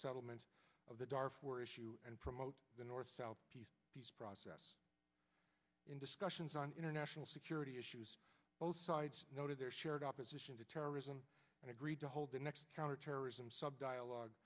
settlement of the darfur issue and promote the north south east peace process in discussions on international security issues both sides noted their shared opposition to terrorism and agreed to hold the next counter terrorism sub dialogue